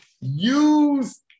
Use